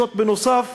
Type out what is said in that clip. נוסף